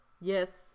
yes